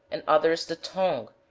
and others the tongue,